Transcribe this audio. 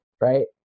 right